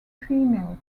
female